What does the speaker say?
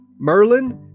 Merlin